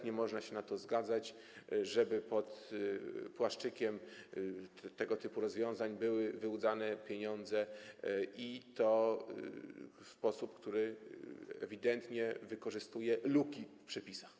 Nie można się na to zgadzać, żeby pod płaszczykiem tego typu rozwiązań były wyłudzane pieniądze, i to w sposób, który ewidentnie wykorzystuje luki w przepisach.